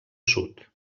sud